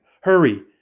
Hurry